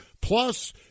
Plus